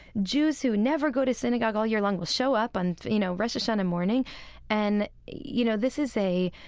jews who never go to synagogue all year long will show up on, you know, rosh hashanah morning and, you know, this is a,